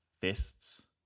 fists